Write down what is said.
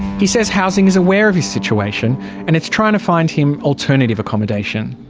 he says housing is aware of his situation and it's trying to find him alternative accommodation.